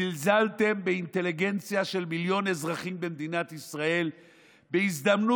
זלזלתם באינטליגנציה של מיליון אזרחים במדינת ישראל בהזדמנות